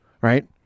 Right